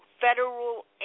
federal